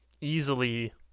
easily